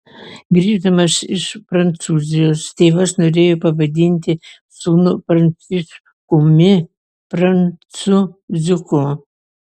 grįždamas iš prancūzijos tėvas norėjo pavadinti sūnų pranciškumi prancūziuku